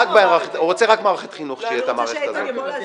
הוא רוצה רק במערכת החינוך שיהיה את המערכת הזאת.